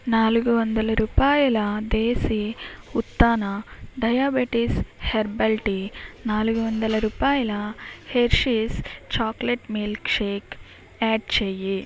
నాలుగు వందల రూపాయల Desi Utthana diabetes herbal tea నాలుగు వందల రూపాయల Hershey's chocolate milk shake add చెయ్యి